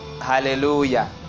hallelujah